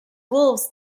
wolves